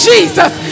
Jesus